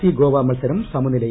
C Goa മത്സരം സമനിലയിൽ